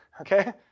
Okay